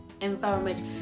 environment